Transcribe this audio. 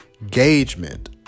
engagement